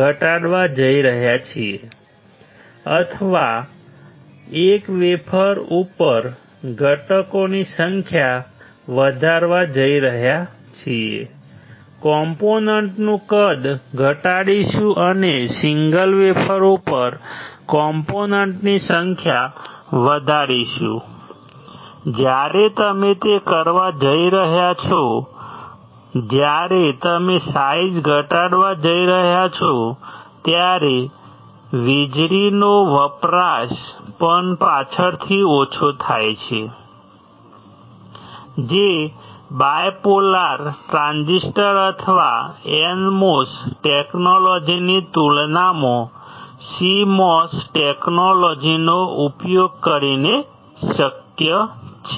ઘટાડવા જઈ રહ્યા છીએ અથવા એક વેફર ઉપર ઘટકોની સંખ્યા વધારવા જઈ રહ્યા છીએ કોમ્પોનન્ટનું કદ ઘટાડીશું અને સિંગલ વેફર ઉપર કોમ્પોનન્ટની સંખ્યા વધારીશું જ્યારે તમે તે કરવા જઇ રહ્યા છો જ્યારે તમે સાઈઝ ઘટાડવા જઇ રહ્યા છો ત્યારે વીજળીનો વપરાશ પણ પાછળથી ઓછો થાય છે જે બાયપોલર ટ્રાન્ઝિસ્ટર અથવા NMOS ટેકનોલોજીની તુલનામાં CMOS ટેકનોલોજીનો ઉપયોગ કરીને શક્ય છે